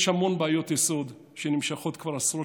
יש המון בעיות יסוד שנמשכות כבר עשרות